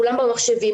כולם במחשבים,